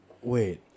wait